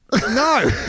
No